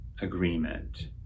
agreement